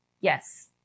yes